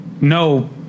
no